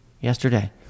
yesterday